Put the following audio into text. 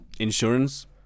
insurance